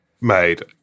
made –